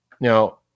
Now